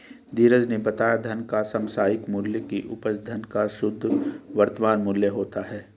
धीरज ने बताया धन का समसामयिक मूल्य की उपज धन का शुद्ध वर्तमान मूल्य होता है